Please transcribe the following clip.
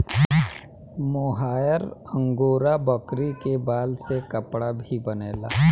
मोहायर angora बकरी के बाल से कपड़ा भी बनेला